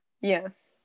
yes